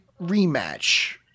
rematch